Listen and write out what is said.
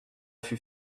fut